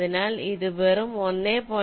അതിനാൽ ഇത് വെറും 1